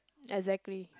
exactly